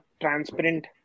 transparent